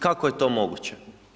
Kako je to moguće?